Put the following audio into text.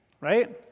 right